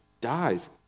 dies